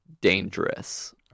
dangerous